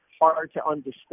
hard-to-understand